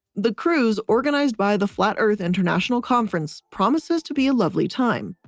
the cruise organized by the flat earth international conference promises to be a lovely time.